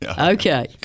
Okay